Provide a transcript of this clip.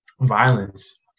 violence